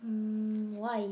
mm why